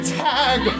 tag